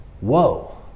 Whoa